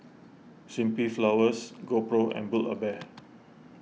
Simply Flowers GoPro and Build A Bear